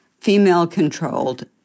female-controlled